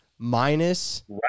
minus